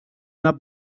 una